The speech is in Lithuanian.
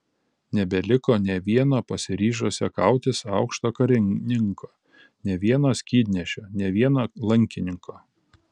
nebeliko nė vieno pasiryžusio kautis aukšto karininko nė vieno skydnešio nė vieno lankininko